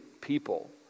people